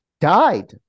Died